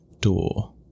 door